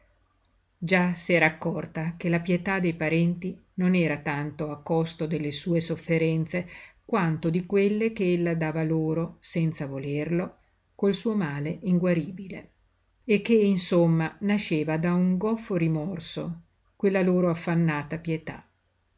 farle già s'era accorta che la pietà dei parenti non era tanto a costo delle sue sofferenze quanto di quelle che ella dava loro senza volerlo col suo male inguaribile e che insomma nasceva da un goffo rimorso quella loro affannata pietà